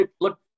Look